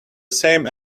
same